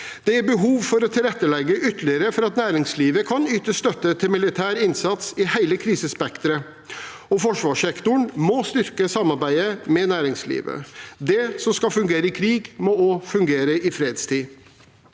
Det er behov for å tilrettelegge ytterligere for at næringslivet kan yte støtte til militær innsats i hele krisespekteret, og forsvarssektoren må styrke samarbeidet med næringslivet. Det som skal fungere i krig, må også fungere i fredstid.